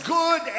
good